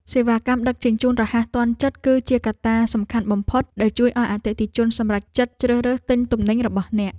សេវាកម្មដឹកជញ្ជូនរហ័សទាន់ចិត្ត គឺជាកត្តាសំខាន់បំផុតដែលជួយឱ្យអតិថិជនសម្រេចចិត្តជ្រើសរើសទិញទំនិញរបស់អ្នក។